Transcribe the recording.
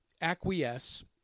acquiesce